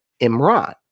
Imran